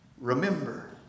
Remember